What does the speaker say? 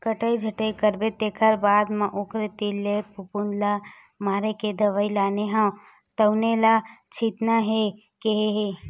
कटई छटई करबे तेखर बाद म ओखरे तीर ले फफुंद ल मारे के दवई लाने हव तउने ल छितना हे केहे हे